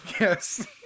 Yes